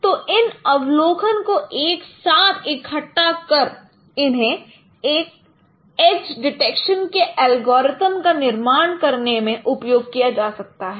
तो इन अवलोकन को एक साथ इकट्ठा कर इन्हें एज डिटेक्शन के एल्गोरिथ्म का निर्माण करने में उपयोग किया जा सकता है